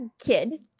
kid